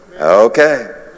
Okay